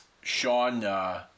Sean